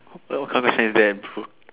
why what come say than put